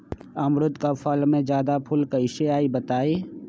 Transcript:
अमरुद क फल म जादा फूल कईसे आई बताई?